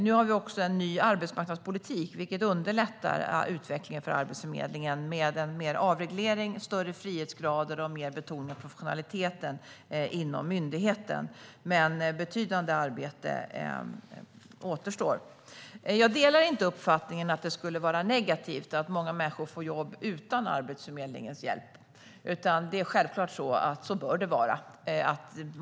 Vi har en ny arbetsmarknadspolitik, vilket underlättar utvecklingen för Arbetsförmedlingen med mer avreglering, högre frihetsgrad och mer betoning på professionaliteten inom myndigheten. Men betydande arbete återstår. Jag delar inte uppfattningen att det skulle vara negativt att många människor får jobb utan Arbetsförmedlingens hjälp. Så bör det vara.